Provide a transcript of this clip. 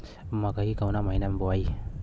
मकई कवना महीना मे बोआइ?